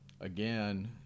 Again